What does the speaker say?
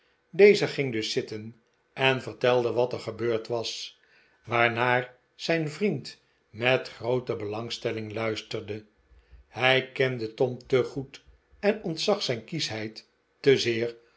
deze ging dus zitten en vertelde wat er gebeurd was waarnaar zijn vriend met de grootste belangstelling luisterde hij kende tom te goed en ontzag zijn kieschheid te zeer